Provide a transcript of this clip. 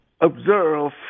observe